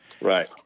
right